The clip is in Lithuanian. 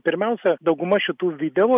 pirmiausia dauguma šitų video